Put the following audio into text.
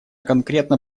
конкретно